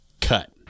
Cut